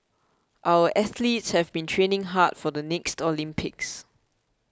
our athletes have been training hard for the next Olympics